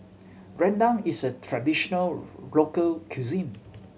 rendang is a traditional local cuisine